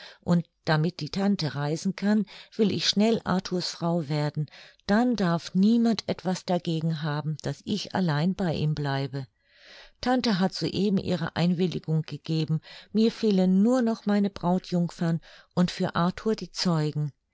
und damit die tante reisen kann will ich schnell arthurs frau werden dann darf niemand etwas dagegen haben daß ich allein bei ihm bleibe tante hat soeben ihre einwilligung gegeben mir fehlen nur noch meine brautjungfern und für arthur die zeugen